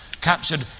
captured